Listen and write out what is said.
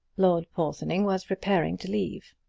lord porthoning was preparing to leave.